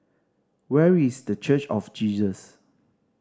where is The Church of Jesus